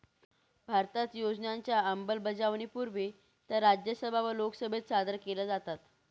भारतात योजनांच्या अंमलबजावणीपूर्वी त्या राज्यसभा व लोकसभेत सादर केल्या जातात